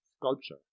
sculpture